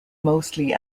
mostly